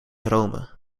roamen